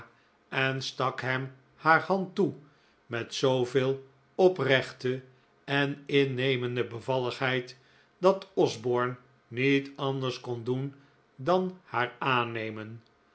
en stak hem haar hand toe met zooveel oprechte en innemende bevalligheid dat osborne niet anders kon doen dan haar aannemen